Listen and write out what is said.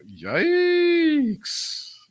yikes